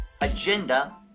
agenda